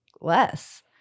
less